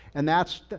and that's,